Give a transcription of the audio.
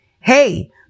Hey